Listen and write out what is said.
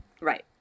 Right